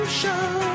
show